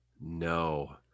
No